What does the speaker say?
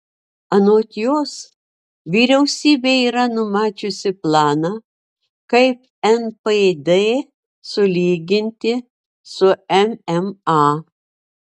anot jos vyriausybė yra numačiusi planą kaip npd sulyginti su mma